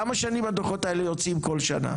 כמה שנים הדוחות האלה יוצאים כל שנה?